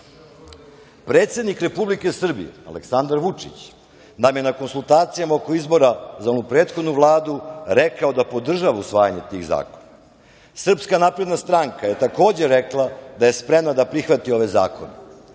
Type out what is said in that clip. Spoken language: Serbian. sredstva. Predsednik Republike Srbije Aleksandar Vučić nam je na konsultacijama oko izbora za onu prethodnu Vladu rekao da podržava usvajanje tih zakona. Srpska napredna stranka je, takođe, rekla da je spremna da prihvati ove zakone.